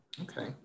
Okay